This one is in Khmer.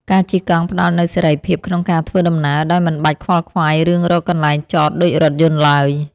ការជិះកង់ផ្ដល់នូវសេរីភាពក្នុងការធ្វើដំណើរ ដោយមិនបាច់ខ្វល់ខ្វាយរឿងរកកន្លែងចតដូចរថយន្តឡើយ។